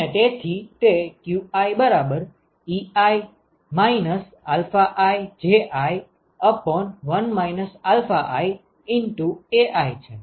અને તેથી તે qiEi iJi1 iAi છે